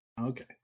Okay